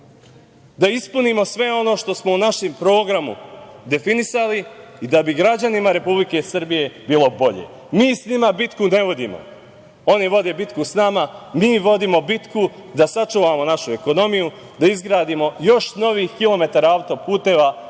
da ispunimo sve ono što smo u našem programu definisali i da bi građanima Republike Srbije bilo bolje. Mi sa njima bitku ne vodimo, oni vode bitku sa nama. Mi vodimo bitku da sačuvamo našu ekonomiju, da izgradimo još novih kilometara auto-puteva,